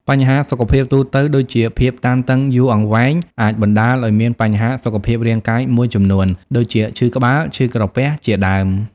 បញ្ហាសុខភាពទូទៅដូចជាភាពតានតឹងយូរអង្វែងអាចបណ្តាលឲ្យមានបញ្ហាសុខភាពរាងកាយមួយចំនួន ដូចជាឈឺក្បាល ឈឺក្រពះជាដើម ។